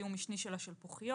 זיהום משני של השלפוחיות,